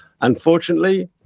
Unfortunately